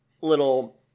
little